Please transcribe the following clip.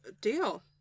Deal